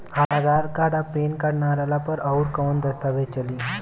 आधार card आ PAN card ना रहला पर अउरकवन दस्तावेज चली?